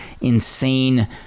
insane